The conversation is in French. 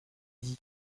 dit